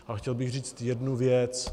A chtěl bych říct jednu věc.